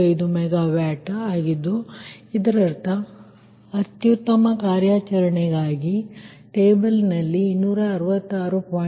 55 megawatt ಆದ್ದರಿಂದ ಇದರರ್ಥ ಅತ್ಯುತ್ತಮ ಕಾರ್ಯಾಚರಣೆಗಾಗಿ ಟೇಬಲ್ನಲ್ಲಿ 266